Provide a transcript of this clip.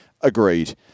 Agreed